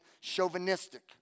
chauvinistic